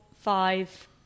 five